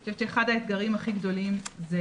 אני חושבת שאחד האתגרים הכי גדולים זה